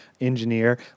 engineer